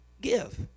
give